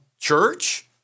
church